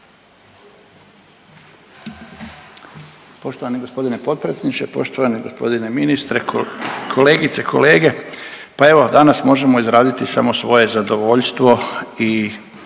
Poštovani g. potpredsjedniče. Poštovani g. ministre, kolegice, kolege. Pa evo danas možemo izraziti samo svoje zadovoljstvo i